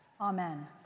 Amen